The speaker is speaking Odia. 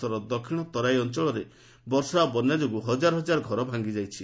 ଦେଶର ଦକ୍ଷିଣ ତରାଇ ଅଞ୍ଚଳରେ ବର୍ଷା ଓ ବନ୍ୟା ଯୋଗୁଁ ହଜାର ଘର ଭାଙ୍ଗିଛି